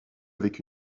avec